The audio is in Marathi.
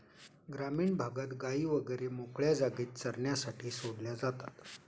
ग्रामीण भागात गायी वगैरे मोकळ्या जागेत चरण्यासाठी सोडल्या जातात